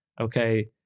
Okay